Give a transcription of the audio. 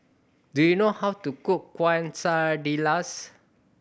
do you know how to cook Quesadillas